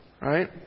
Right